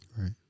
Right